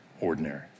ordinary